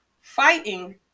fighting